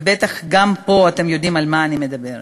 ובטח גם פה אתם יודעים על מה אני מדברת.